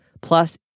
plus